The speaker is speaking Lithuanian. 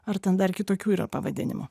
ar ten dar kitokių yra pavadinimų